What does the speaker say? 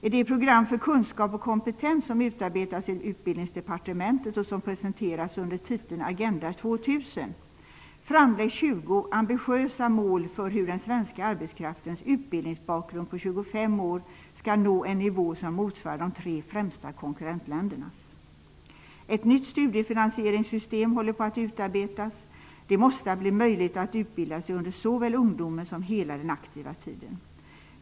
I det program för kunskap och kompetens som utarbetats i Utbildningsdepartementet och som presenterats under titeln Agenda 2000 framläggs 20 ambitiösa mål för hur den svenska arbetskraftens utbildningsbakgrund på 25 år skall nå en nivå som motsvarar de tre främsta konkurrentländernas. Ett nytt studiefinansieringssystem håller på att utarbetas. Det måste bli möjligt att utbilda sig under såväl ungdomen som hela den aktiva tiden.